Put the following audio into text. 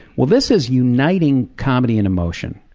well this is uniting comedy and emotion,